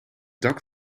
dak